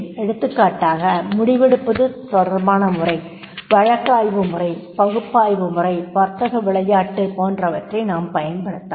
எடுத்துக்காட்டாக முடிவெடுப்பது தொடர்பான முறை வழக்காய்வு முறை பகுப்பாய்வு முறை வர்த்தக விளையாட்டு போன்றவற்றை நாம் பயன்படுத்தலாம்